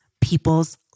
people's